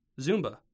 Zumba